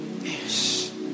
Yes